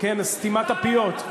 את סתימת הפיות,